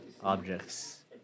objects